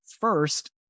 first